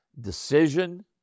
decision